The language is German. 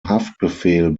haftbefehl